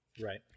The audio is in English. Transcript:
Right